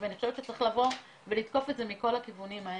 ואני חושבת שצריך לבוא ולתקוף את זה מכל הכיוונים האלה.